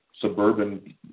suburban